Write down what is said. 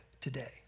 today